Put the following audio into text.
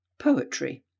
Poetry